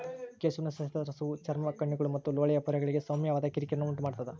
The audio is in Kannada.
ಕೆಸುವಿನ ಸಸ್ಯದ ರಸವು ಚರ್ಮ ಕಣ್ಣುಗಳು ಮತ್ತು ಲೋಳೆಯ ಪೊರೆಗಳಿಗೆ ಸೌಮ್ಯವಾದ ಕಿರಿಕಿರಿನ ಉಂಟುಮಾಡ್ತದ